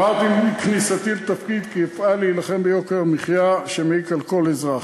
אמרתי עם כניסתי לתפקיד כי אפעל להילחם ביוקר המחיה שמעיק על כל אזרח.